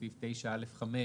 בסעיף 9(א)(5),